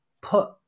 put